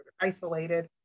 isolated